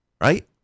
Right